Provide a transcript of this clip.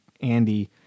Andy